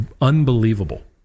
unbelievable